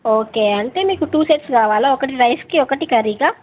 okay అంటే మీకు two sets కావాలా ఒకటి రైస్కి ఒకటి కర్రీకా